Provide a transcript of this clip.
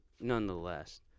nonetheless